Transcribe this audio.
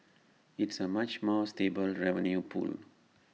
it's A much more stable revenue pool